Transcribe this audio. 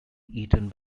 eaten